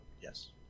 Yes